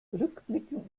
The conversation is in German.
rückblickend